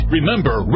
Remember